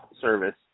service